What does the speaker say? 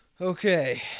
okay